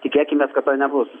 tikėkimės kad to nebus